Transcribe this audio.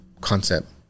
concept